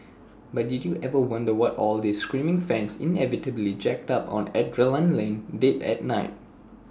but did you ever wonder what all these screaming fans inevitably jacked up on adrenaline did at night